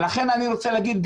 ולכן אני רוצה להגיד,